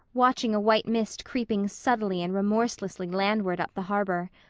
watching a white mist creeping subtly and remorselessly landward up the harbor.